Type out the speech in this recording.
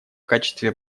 качестве